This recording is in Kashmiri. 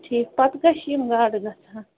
ٹھیٖک پتہٕ کٔہۍ چھِ یِم گاڈٕ گژھان